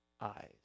eyes